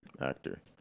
Actor